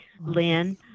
Lynn